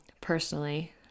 personally